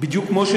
בדיוק כמו,